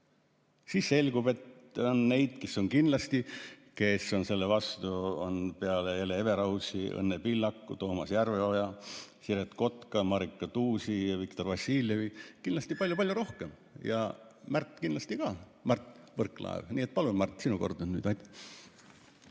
Siis selgub, et neid, kes on kindlasti selle vastu peale Hele Everausi, Õnne Pillaku, Toomas Järveoja, Siret Kotka, Marika Tuusi ja Viktor Vassiljevi on kindlasti palju-palju rohkem. Ja Mart kindlasti ka, Mart Võrklaev. Nii et palun, Mart, sinu kord on nüüd. Aitäh!